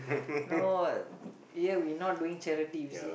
no here we not doing charity you see